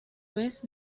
vez